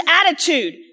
attitude